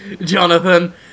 Jonathan